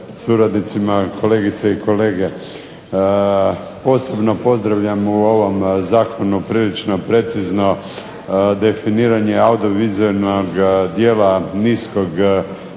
suradnicima, kolegice i kolege. Posebno pozdravljam u ovom Zakonu prilično precizno definiranje audio-vizualnog dijela niskog